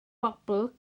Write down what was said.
bobl